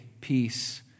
peace